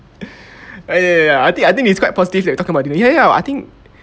ah ya ya ya I think I think it's quite positive that you were talking about him ya ya I think